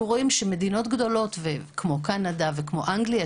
רואים שמדינות גדולות כמו קנדה וכמו אנגליה,